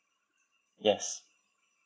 yes